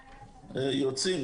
יוצאים.